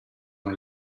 una